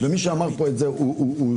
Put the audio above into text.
ומי שאמר פה את זה הוא שקרן.